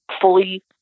fully